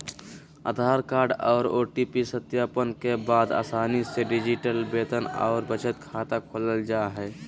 आधार card आर OTP सत्यापन के बाद आसानी से डिजिटल वेतन आर बचत खाता खोलल जा हय